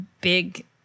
big